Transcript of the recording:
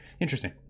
Interesting